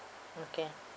okay